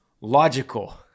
logical